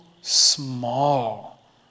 small